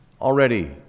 already